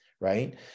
right